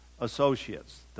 associates